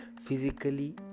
physically